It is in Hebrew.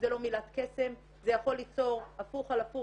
זה לא מילת קסם, זה יכול ליצור הפוך על הפוך